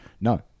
No